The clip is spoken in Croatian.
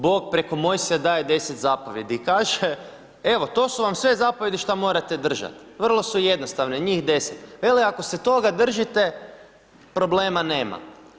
Bog preko Mojsija daje 10 zapovijedi i kaže, evo to su vam sve zapovijedi šta morate držat, vrlo su jednostavne, njih 10, veli ako se toga držite problema nema.